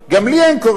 גם לי אין קורת-גג.